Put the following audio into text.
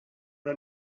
der